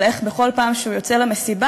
על איך בכל פעם שהוא יוצא למסיבה,